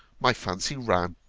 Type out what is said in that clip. my fancy ran.